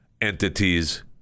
entities